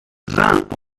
vingt